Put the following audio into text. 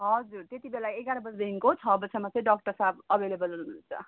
त्यति बेला एघार बजीदेखिको छ बजीसम्म चाहिँ डाक्टर साहब अभाइलेबल हुनुहुन्छ